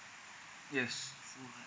yes